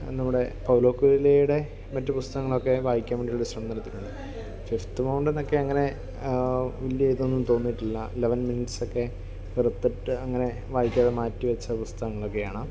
നമ്മുടെ പൗലോ കൊയ്ലോടെ മറ്റ് പുസ്തകങ്ങളൊക്കെ വായിക്കാൻ വേണ്ടിയുള്ള ശ്രമം നടത്തിയിട്ടുണ്ട് ഫിഫ്ത്ത് മൗണ്ടനൊക്കെ അങ്ങനെ വലിയ ഇതൊന്നും തോന്നീട്ടില്ല ലെവൻ മിനിറ്റ്സൊക്കെ കരുത്തുറ്റ അങ്ങനെ വായിക്കാതെ മാറ്റി വച്ച പുസ്തകങ്ങളൊക്കെയാണ്